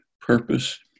purpose